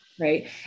right